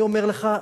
אני אומר לך,